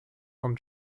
from